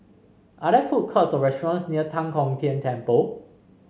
are there food courts or restaurants near Tan Kong Tian Temple